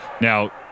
Now